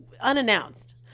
unannounced